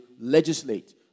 legislate